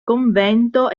convento